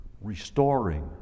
restoring